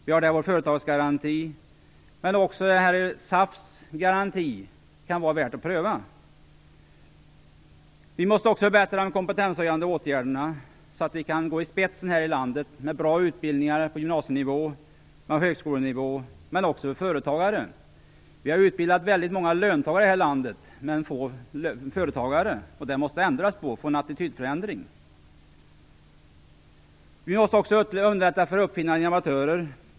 Vi har där vår företagsgaranti, men också SAF:s garanti kan vara värd att pröva. Vi måste förbättra de kompetenshöjande åtgärderna så att vi kan gå i spetsen här i landet med bra utbildningar på gymnasienivå och på högskolenivå, men också utbildningar för företagare. Vi har utbildat väldigt många löntagare här i landet, men vi har utbildat få företagare, och detta måste ändras. Vi måste få till stånd en attitydförändring. Vi måste underlätta för uppfinnande amatörer.